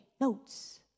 notes